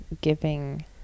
giving